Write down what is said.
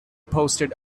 posted